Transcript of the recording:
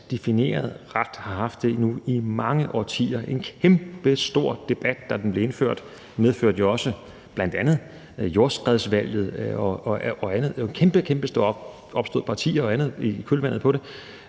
defineret ret og har haft det nu i mange årtier. Der var en kæmpestor debat, da den blev indført, og den medførte jo også bl.a. jordskredsvalget og andet. Der var et kæmpestort ståhej, og der opstod partier og andet i kølvandet på det